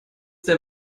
der